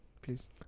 Please